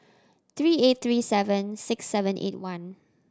three eight three seven six seven eight one